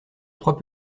trois